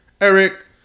Eric